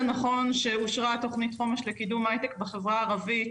זה נכון שאושרה התכנית חומש לקידום ההיי-טק בחברה הערבית,